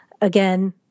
again